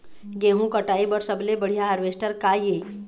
गेहूं कटाई बर सबले बढ़िया हारवेस्टर का ये?